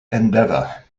endeavour